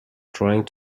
trying